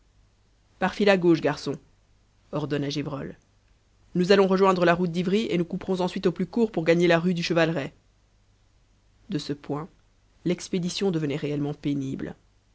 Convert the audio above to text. file à gauche garçons ordonna gévrol nous allons rejoindre la route d'ivry et nous couperons ensuite au plus court pour gagner la rue du chevaleret de ce point l'expédition devenait réellement pénible